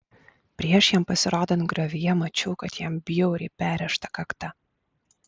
prieš jam pasirodant griovyje mačiau kad jam bjauriai perrėžta kakta